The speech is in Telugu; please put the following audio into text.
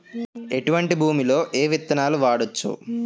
ఎటువంటి భూమిలో ఏ విత్తనాలు వాడవచ్చు?